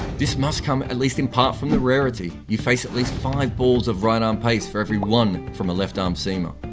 this must come at least in part from the rarity. you face at least five balls of right arm pace for every one from a left arm seamer.